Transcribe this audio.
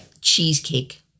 cheesecake